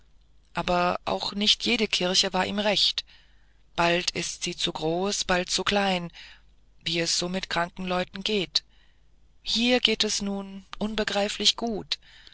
aber auch nicht jede kirche war ihm recht bald ist sie zu groß bald zu klein wie es so mit kranken leuten geht hier geht es nun unbegreiflich gut